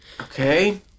okay